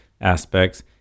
aspects